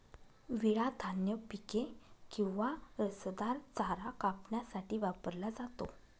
विळा धान्य पिके किंवा रसदार चारा कापण्यासाठी वापरला जातो